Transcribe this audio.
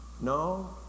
No